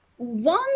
One